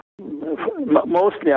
mostly